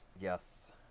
Yes